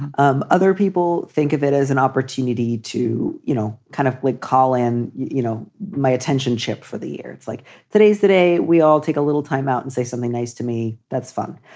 um other people think of it as an opportunity to, you know, kind of like colin, you know, my attention ship for the year. it's like today's the day we all take a little time out and say something nice to me. that's fun.